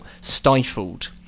stifled